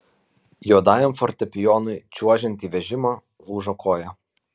juodajam fortepijonui čiuožiant į vežimą lūžo koja